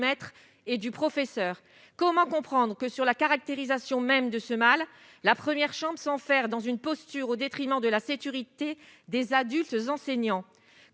maître et du professeur, comment comprendre que sur la caractérisation même de ce mal la 1ère chambre s'faire dans une posture au détriment de la sécurité des adultes, enseignants,